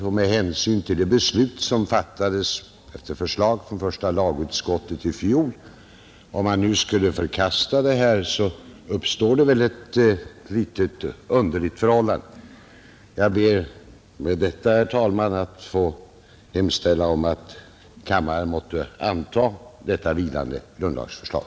Om riksdagen nu skulle förkasta det vilande grundlagsförslaget uppstår ett något underligt förhållande med hänsyn till det beslut som fattades förra året efter förslag från första lagutskottet. Herr talman! Jag ber att få hemställa att kammaren måtte anta detta vilande grundlagsförslag.